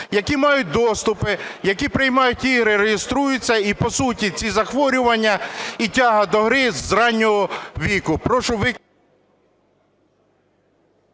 які мають доступи, які приймають ігри, реєструються і по суті ці захворювання, і тяга до гри з раннього віку.